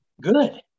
good